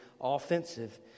offensive